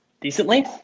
decently